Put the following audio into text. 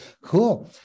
cool